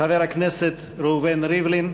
חבר הכנסת ראובן ריבלין,